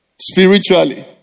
spiritually